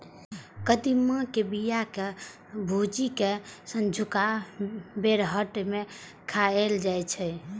कदीमा के बिया कें भूजि कें संझुका बेरहट मे खाएल जाइ छै